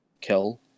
kill